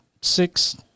six